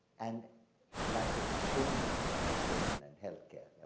and life is not only education and health care.